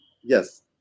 yes